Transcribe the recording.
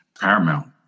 paramount